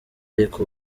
ariko